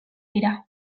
dira